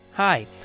Hi